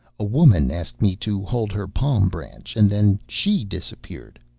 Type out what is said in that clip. a woman asked me to hold her palm branch, and then she disappeared.